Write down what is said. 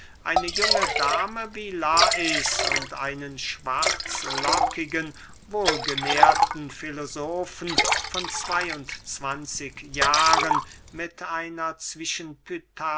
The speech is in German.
eine junge dame wie lais und einen schwarzlockigen wohlgenährten filosofen von zwey und zwanzig jahren mit einer